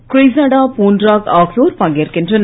கிரிசடா பூன்ராக் ஆகியோர் பங்கேற்கின்றனர்